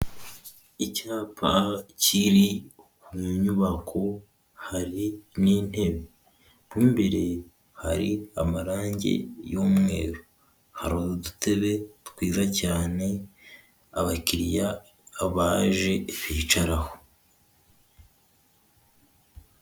Icyapa kiri mu nyubako, hari n'intebe. Mo mbire hari amarangi y'umweru. Hari udutebe twiza cyane, abakiriya abaje bicaraho.